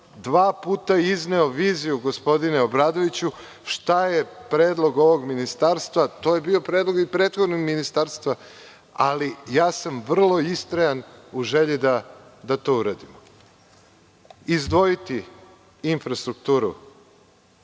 vam izneo viziju, gospodine Obradoviću, šta je predlog ovog ministarstva. To je bio predlog i prethodnog ministarstva. Vrlo sam istrajan u želji da to uradimo, izdvojiti infrastrukturu,